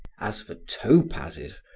as for topazes,